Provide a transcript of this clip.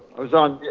was on.